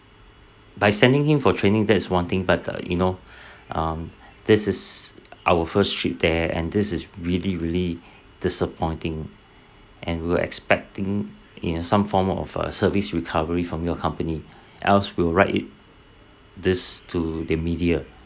by sending him for training that's one thing but uh you know um this is our first trip there and this is really really disappointing and we're expecting you k~ some form of uh service recovery from your company else we'll write it this to the media